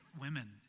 women